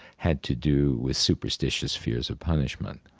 had to do with superstitious fears of punishment.